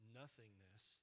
nothingness